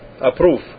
approve